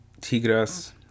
Tigres